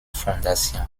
fondation